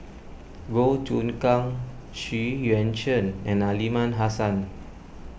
Goh Choon Kang Xu Yuan Zhen and Aliman Hassan